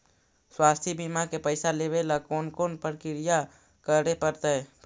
स्वास्थी बिमा के पैसा लेबे ल कोन कोन परकिया करे पड़तै?